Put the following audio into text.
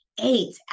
eight